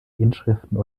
inschriften